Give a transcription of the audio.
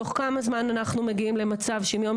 תוך כמה זמן אנחנו מגיעים למצב שאם היום